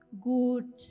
good